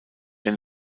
der